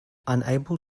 unable